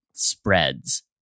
spreads